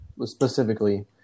specifically